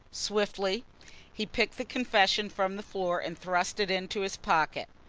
swiftly he picked the confession from the floor and thrust it into his pocket.